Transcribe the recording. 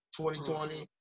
2020